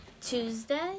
Tuesday